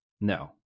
No